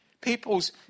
People's